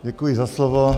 Děkuji za slovo.